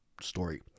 story